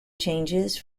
changes